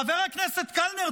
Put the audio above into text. חבר הכנסת קלנר,